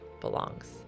belongs